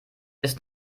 ist